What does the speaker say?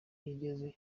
igeze